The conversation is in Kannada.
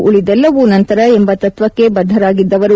ಉಳಿದೆಲ್ಲವೂ ನಂತರ ಎಂಬ ತತ್ವಕ್ಕೆ ಬದ್ದರಾಗಿದ್ದವರು